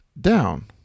down